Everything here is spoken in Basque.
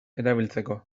erabiltzeko